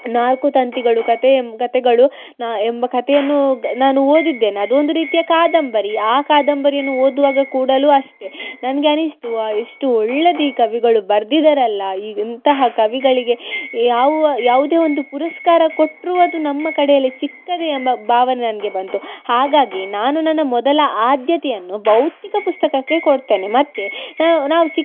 ನಾಲ್ಕು ತಂತಿಗಳು ಕತೆ ಕತೆಗಳು ನಾ ಎಂಬ ಕತೆಯನ್ನೂ ಗ ನಾನು ಓದಿದ್ದೇನೆ ಅದು ಒಂದು ರೀತಿಯ ಕಾದಂಬರಿ ಆ ಕಾದಂಬರಿಯನ್ನು ಓದುವಾಗ ಕೂಡ ಅಷ್ಟೆ ನನಗೆ ಅನ್ನಿಸ್ತು ವಾಹ್ ಎಷ್ಟು ಒಳ್ಳೆದು ಈ ಕವಿಗಳು ಬರ್ದಿದ್ದಾರಲ್ಲ ಈಗ ಇಂತಹ ಕವಿಗಳಿಗೆ ಯಾವ ಯಾವುದೇ ಒಂದು ಪುರಸ್ಕಾರ ಕೊಟ್ಟರೂ ಅದು ನಮ್ಮ ಕಡೆಯಲ್ಲಿ ಚಿಕ್ಕದೆ ಎಂಬ ಭಾವನೆ ನನಗೆ ಬಂತು ಹಾಗಾಗಿ ನಾನು ನನ್ನ ಮೊದಲ ಆದ್ಯತೆಯನ್ನು ಭೌತಿಕ ಪುಸ್ತಕಕ್ಕೆ ಕೊಡ್ತೇನೆ ಮತ್ತು ನಾವು ನಾವು